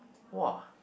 !wow!